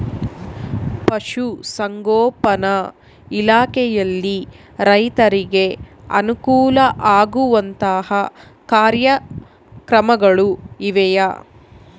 ಪಶುಸಂಗೋಪನಾ ಇಲಾಖೆಯಲ್ಲಿ ರೈತರಿಗೆ ಅನುಕೂಲ ಆಗುವಂತಹ ಕಾರ್ಯಕ್ರಮಗಳು ಇವೆಯಾ?